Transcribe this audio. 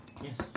yes